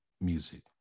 music